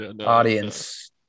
Audience